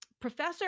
Professor